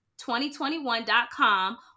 2021.com